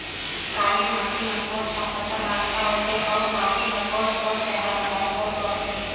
काली माटी मां कोन सा फसल ह अच्छा होथे अउर माटी म कोन कोन स हानिकारक तत्व होथे?